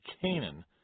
Canaan